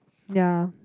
ya